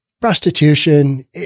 prostitution